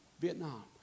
Vietnam